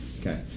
okay